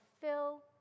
fill